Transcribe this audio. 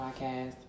podcast